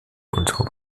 unserem